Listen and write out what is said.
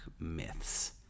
myths